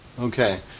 Okay